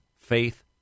faith